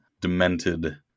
demented